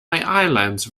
islands